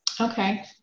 Okay